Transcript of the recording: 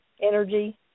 energy